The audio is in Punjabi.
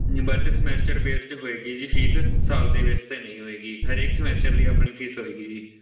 ਬਟ ਸਮੈਸਟਰ ਬੇਸਡ ਹੋਏਗੀ ਜੀ ਫੀਸ ਸਾਲ ਦੇ ਬੇਸ 'ਤੇ ਨਹੀਂ ਹੋਏਗੀ ਹਰੇਕ ਸਮੈਸਟਰ ਦੀ ਆਪਣੀ ਫੀਸ ਹੋਏਗੀ ਜੀ